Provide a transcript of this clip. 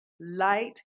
light